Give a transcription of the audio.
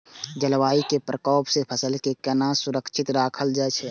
जलवायु के प्रकोप से फसल के केना सुरक्षित राखल जाय छै?